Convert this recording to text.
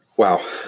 Wow